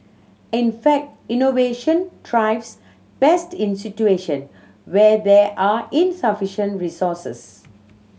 in fact innovation thrives best in situation where there are insufficient resources